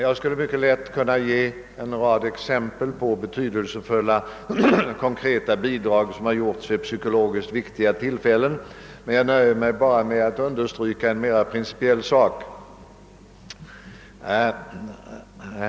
Jag skulle mycket lätt kunna ge en rad exempel på betydelsefulla konkreta bidrag som har gjorts av andra förhandlare i psykologiskt viktiga lägen men jag nöjer mig med att bara understryka en mera principiell sak.